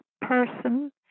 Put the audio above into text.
person